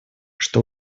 что